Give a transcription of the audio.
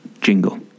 jingle